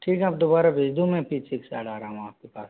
ठीक है आप दोबारा भेज दो मैं पीछे के साइड आ रहा हूँ आपके पास